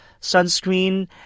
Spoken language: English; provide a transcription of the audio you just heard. sunscreen